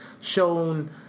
shown